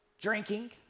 drinking